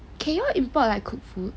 can you import like cooked food